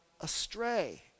astray